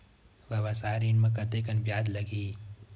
व्यवसाय ऋण म कतेकन ब्याज लगही?